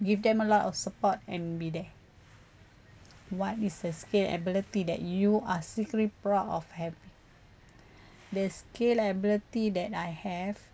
give them a lot of support and be there what is a skill ability that you are secretly proud of have the skill ability that I have